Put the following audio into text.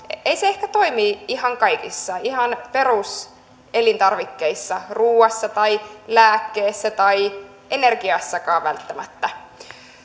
ei se ehkä toimi ihan kaikissa ihan peruselintarvikkeissa ruuassa tai lääkkeissä tai energiassakaan välttämättä